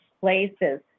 places